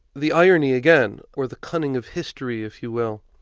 the irony again, or the cunning of history if you will,